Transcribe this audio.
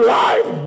life